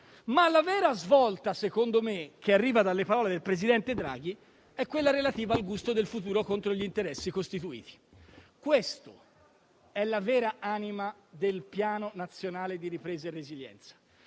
che però - secondo me - arriva dalle parole del presidente Draghi è quella relativa al gusto del futuro contro gli interessi costituiti. Questa è la vera anima del Piano nazionale di ripresa e resilienza.